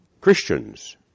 Christians